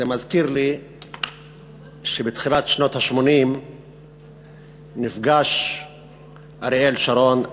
זה מזכיר לי שבתחילת שנות ה-80 נפגש אריאל שרון,